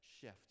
shift